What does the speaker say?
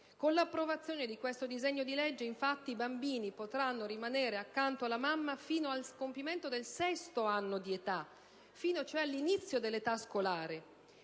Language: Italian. con l'approvazione di questo disegno di legge, infatti, i bambini potranno rimanere accanto alla mamma fino al sesto anno di età: fino, cioè, all'inizio dell'età scolare.